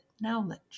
knowledge